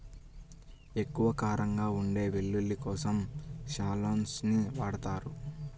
ఎక్కువ కారంగా ఉండే వెల్లుల్లి కోసం షాలోట్స్ ని వాడతారు